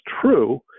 true